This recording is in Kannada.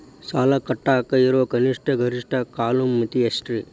ಸಾಲ ಕಟ್ಟಾಕ ಇರೋ ಕನಿಷ್ಟ, ಗರಿಷ್ಠ ಕಾಲಮಿತಿ ಎಷ್ಟ್ರಿ?